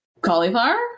Cauliflower